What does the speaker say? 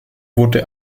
wurden